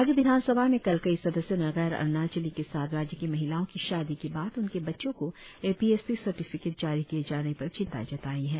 राज्य विधानसभा में कल कई सदस्यों ने गैर अरुणाचली के साथ राज्य की महिलाओं की शादी के बाद उनके बच्चों को A P S T certificate जारी किए जाने पर चिंता जताई है